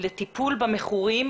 בזמנו כמעט ולא היו מיטות או מכסות